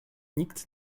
nikt